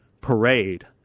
parade—